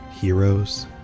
heroes